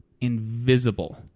invisible